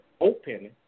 open